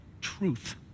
truth